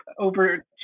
over